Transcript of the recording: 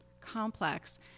complex